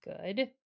Good